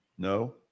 No